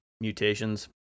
mutations